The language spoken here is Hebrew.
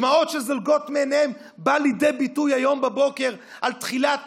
דמעות שזולגות מעיניהם באו לידי ביטוי היום בבוקר על תחילת